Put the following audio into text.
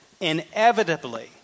Inevitably